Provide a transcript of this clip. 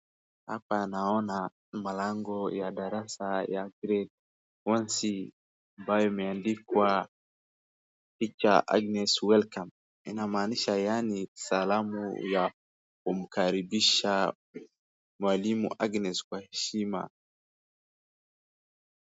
Hapa naona malango ya darasa ya Grade One C , ambayo imeandikwa teacher Agnes welcome , inamaanisha yaani salamu ya kumkaribisha Mwalimu Agnes kwa heshima.